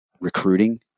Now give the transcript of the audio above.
recruiting